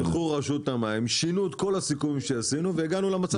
הלכה רשות המים ושינתה את כל הסיכום שעשינו והגענו למצב הזה.